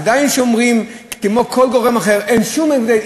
עדיין שומרים, כמו כל גורם אחר, אין שום הבדל.